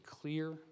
clear